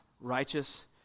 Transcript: righteous